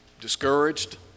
discouraged